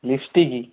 lipstick